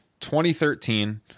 2013